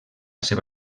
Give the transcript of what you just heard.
seva